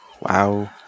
Wow